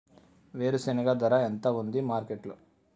వేరుశెనగ ధర ఎంత ఉంది మార్కెట్ లో?